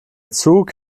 zug